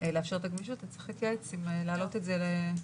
לאשר את הגמישות אז צריך להתייעץ אם להעלות את זה למשרד.